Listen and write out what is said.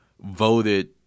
voted